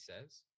says